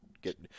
get